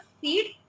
feed